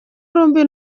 mbi